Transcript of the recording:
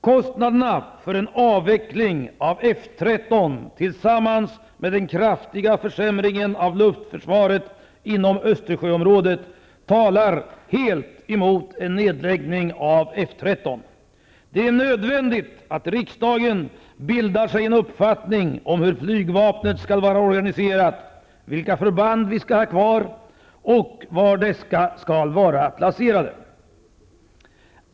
Kostnaderna för en avveckling av F 13, tillsammans med den kraftiga försämringen av luftförsvaret inom Östersjöområdet, talar emot en nedläggning av F 13. Det är nödvändigt att riksdagen bildar sig en uppfattning om hur flygvapnet skall vara organiserat, vilka förband vi skall ha kvar och var dessa skall vara placerade.